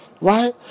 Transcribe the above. right